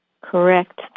correct